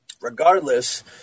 Regardless